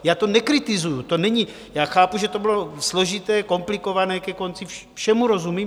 Já to nekritizuji, já chápu, že to bylo složité, komplikované ke konci, všemu rozumím.